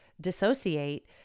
dissociate